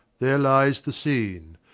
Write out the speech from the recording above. there lies the scene.